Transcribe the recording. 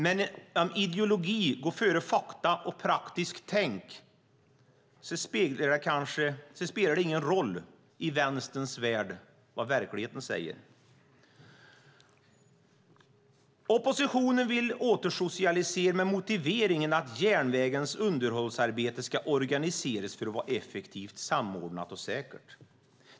Men om ideologi går före fakta och praktiskt tänk spelar det ingen roll i Vänsterns värld vad verkligheten säger. Oppositionen vill återsocialisera med motiveringen att järnvägens underhållsarbete ska organiseras för att vara effektivt, samordnat och säkert.